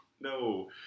No